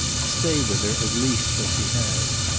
stay with her at least till she has.